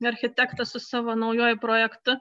architektas su savo naujuoju projektu